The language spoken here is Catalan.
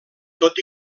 tot